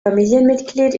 familienmitglied